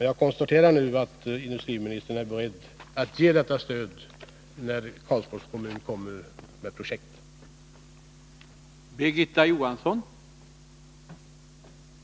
Jag konstaterar nu att industriministern är beredd att bevilja detta stöd när Karlsborgs kommun Nr 50 lägger fram sitt projekt. Måndagen den